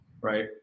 Right